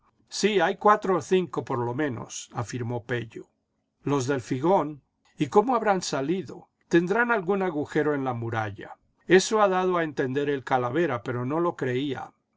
sí hay cuatro o cinco por lo menos afirmó pello los del figón y icómo habrán salido tendrán algún agujero en la muralla eso ha dado a entender el calavera pero no lo creía